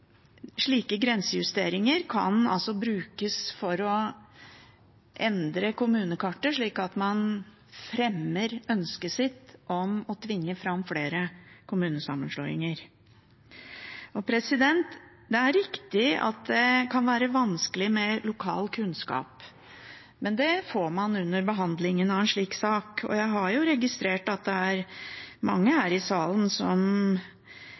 slike grensejusteringer kan brukes til å endre kommunekartet ved at man fremmer ønsket sitt om å tvinge fram flere kommunesammenslåinger. Det er riktig at det kan være vanskelig når det gjelder lokal kunnskap, men det får man under behandlingen av en slik sak. Jeg har registrert at det er mange her i salen som